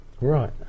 Right